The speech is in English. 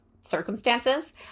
circumstances